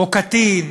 או קטין